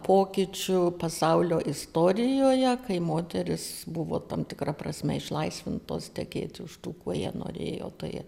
pokyčių pasaulio istorijoje kai moteris buvo tam tikra prasme išlaisvintos tekėti už tų kurie norėjo tai